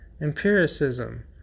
empiricism